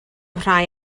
rhai